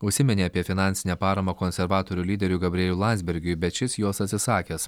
užsiminė apie finansinę paramą konservatorių lyderiui gabrieliui landsbergiui bet šis jos atsisakęs